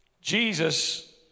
Jesus